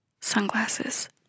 Sunglasses